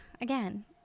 again